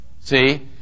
see